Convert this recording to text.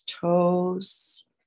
toes